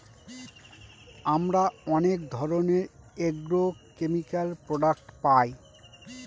আমরা অনেক ধরনের এগ্রোকেমিকাল প্রডাক্ট পায়